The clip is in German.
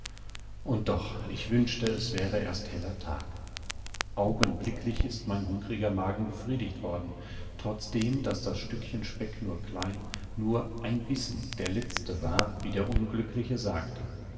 und doch ich wünschte es wäre erst heller tag augenblicklich ist mein hungriger magen befriedigt worden trotzdem daß das stückchen speck nur klein nur ein bissen der letzte war wie der unglückliche sagte